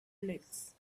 lakes